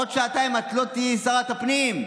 עוד שעתיים את לא תהיי שרת הפנים.